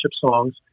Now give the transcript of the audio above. songs